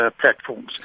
platforms